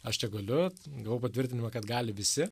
aš čia galiu gavau patvirtinimą kad gali visi